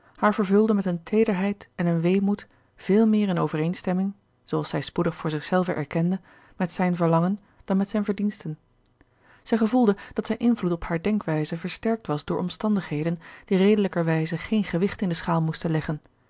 haar vervulde met een teederheid en een weemoed veel meer in overeenstemming zooals zij spoedig voor zichzelve erkende met zijn verlangen dan met zijn verdiensten zij gevoelde dat zijn invloed op haar denkwijze versterkt was door omstandigheden die redelijkerwijze geen gewicht in de schaal moesten leggen